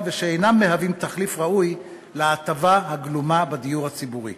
ושאינם מהווים תחליף ראוי להטבה הגלומה בדיור הציבורי.